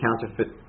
counterfeit